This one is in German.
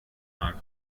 mag